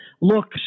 look